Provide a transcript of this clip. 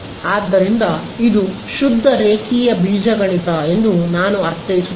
ಆದ್ದರಿಂದ ಇದು ಶುದ್ಧ ರೇಖೀಯ ಬೀಜಗಣಿತ ಎಂದು ನಾನು ಅರ್ಥೈಸುತ್ತೇನೆ